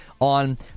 on